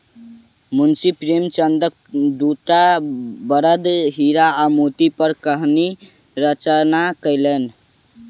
मुंशी प्रेमचंदक दूटा बड़द हीरा आ मोती पर कहानी रचना कयलैन